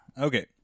Okay